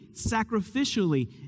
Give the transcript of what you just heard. sacrificially